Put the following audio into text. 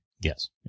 Yes